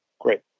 great